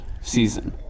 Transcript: season